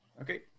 Okay